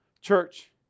Church